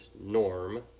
Norm